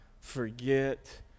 forget